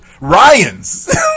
Ryan's